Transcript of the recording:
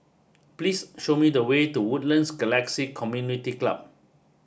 please show me the way to Woodlands Galaxy Community Club